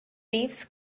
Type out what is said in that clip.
waves